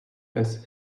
pes